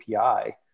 API